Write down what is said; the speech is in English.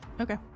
Okay